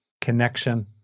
connection